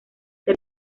ser